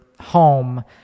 home